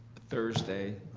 thursday,